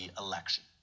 election